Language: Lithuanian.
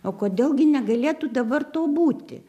o kodėl gi negalėtų dabar to būti